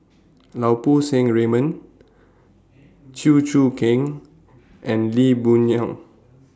Lau Poo Seng Raymond Chew Choo Keng and Lee Boon Yang